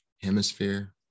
hemisphere